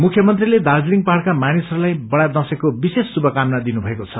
मुख्यमंत्रीले दार्जीलिङ पहाड़मा मानिसहरूलाइ बड़ा दशैंको विशेष शुभकामना दिनुभएको छ